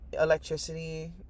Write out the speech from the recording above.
Electricity